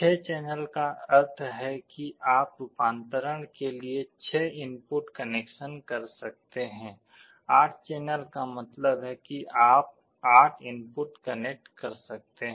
6 channel का अर्थ है कि आप रूपांतरण के लिए 6 इनपुट कनेक्ट कर सकते हैं 8 चैनल का मतलब है कि आप 8 इनपुट कनेक्ट कर सकते हैं